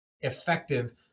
effective